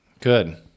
good